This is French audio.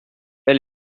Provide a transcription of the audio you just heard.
telle